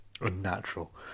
Unnatural